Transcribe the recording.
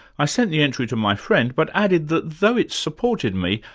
i sent the entry to my friend, but added that, though it supported me,